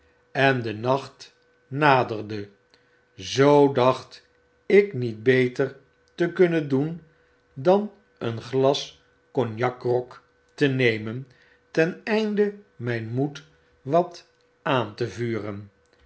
en de nacht naderae zoo dacht ik niet beter te kunnen doen dan een glas cognacgrog te nemen ten einde myn moed wat aan te vuren